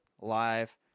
live